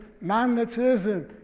magnetism